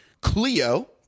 Cleo